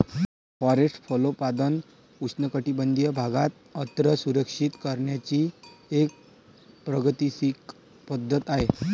forest फलोत्पादन उष्णकटिबंधीय भागात अन्न सुरक्षित करण्याची एक प्रागैतिहासिक पद्धत आहे